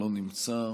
לא נמצא,